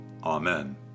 Amen